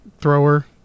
thrower